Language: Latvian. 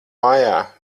mājā